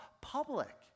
public